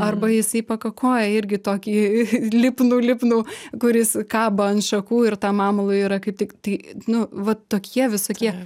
arba jisai pakakoja irgi tokį lipnų lipnų kuris kabo ant šakų ir tam amalui yra kaip tik tai nu vat tokie visokie